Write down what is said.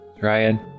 Ryan